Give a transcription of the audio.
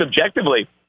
objectively